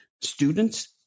students